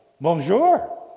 bonjour